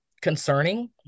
concerning